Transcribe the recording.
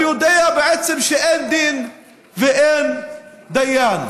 הוא יודע בעצם שאין דין ואין דיין.